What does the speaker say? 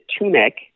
tunic